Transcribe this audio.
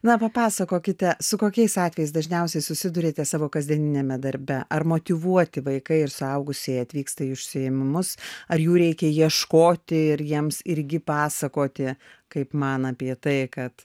na papasakokite su kokiais atvejais dažniausiai susiduriate savo kasdieniniame darbe ar motyvuoti vaikai ir suaugusieji atvyksta į užsiėmimus ar jų reikia ieškoti ir jiems irgi pasakoti kaip man apie tai kad